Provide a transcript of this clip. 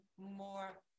more